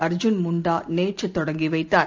Arjun முண்டாநேற்றுதொடங்கிவைத்தார்